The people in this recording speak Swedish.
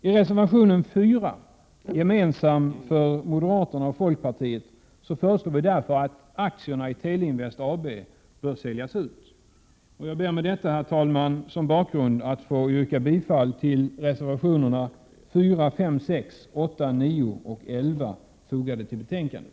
I reservationen 4, gemensam för moderaterna och folkpartiet, föreslår vi därför att aktierna i Teleinvest AB bör säljas ut. Herr talman! Jag ber med detta som bakgrund att få yrka bifall till reservationerna 4, 5, 6, 8, 9 och 11, fogade till betänkandet.